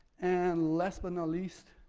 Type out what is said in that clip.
and, last but not least,